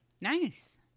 Nice